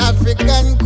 African